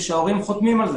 ושההורים חותמים על זה.